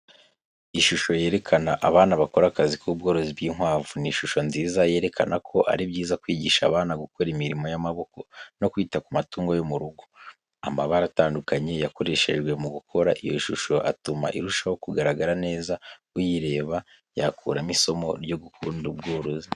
Ishusho yerekana abana bakora akazi k'ubworozi bw'inkwavu, ni ishusho nziza yerekana ko ari byiza kwigisha abana gukora imirimo y'amaboko no kwita k'umatungo yo mu rugo. Amabara atandukanye yakoreshejwe mu gukora iyo shusho atuma irushaho kugaragara neza uyireba yakuramo isomo ryo gukunda ubworozi.